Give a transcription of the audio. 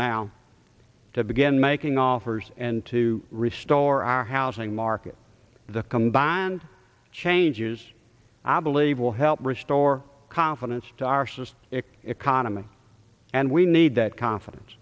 now to begin making offers and to restore our housing market the combined changes i believe will help restore confidence to our sister economy and we need that confiden